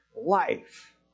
life